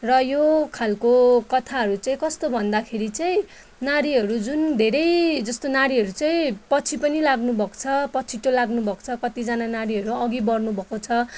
र यो खालको कथाहरू चाहिँ कस्तो भन्दाखेरि चाहिँ नारीहरू जुन धेरै जस्तो नारीहरू चाहिँ पछि पनि लाग्नुभएको छ पछिटो लाग्नुभएको छ कतिजना नारीहरू आघि बढनुभएको छ